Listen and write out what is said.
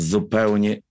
Zupełnie